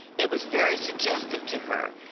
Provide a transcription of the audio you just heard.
it was very suggestive to her,